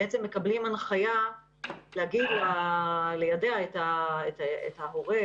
מקבלת הנחיה ליידע את ההורה,